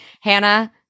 Hannah